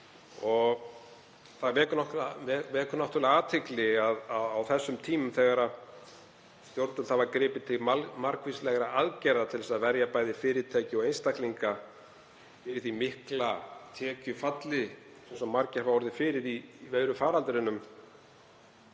gr. Það vekur náttúrlega athygli að á þessum tímum, þegar stjórnvöld hafa gripið til margvíslegra aðgerða til að verja bæði fyrirtæki og einstaklinga í því mikla tekjufalli sem margir hafa orðið fyrir í faraldrinum,